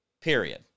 Period